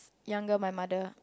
younger my mother